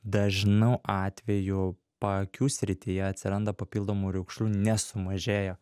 dažnu atveju paakių srityje atsiranda papildomų raukšlių nesumažėja